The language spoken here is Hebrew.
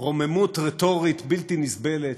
רוממות רטורית בלתי נסבלת,